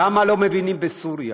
למה לא מבינים בסוריה